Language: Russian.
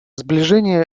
сближение